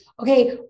okay